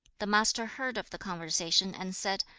the master heard of the conversation and said,